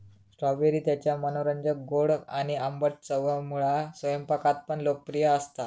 strawberry त्याच्या मनोरंजक गोड आणि आंबट चवमुळा स्वयंपाकात पण लोकप्रिय असता